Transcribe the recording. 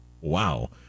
wow